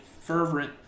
fervent